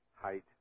height